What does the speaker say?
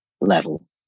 level